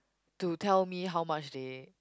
to tell me how much they